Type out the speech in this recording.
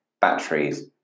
batteries